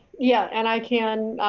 yeah and i can